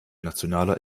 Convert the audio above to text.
nationaler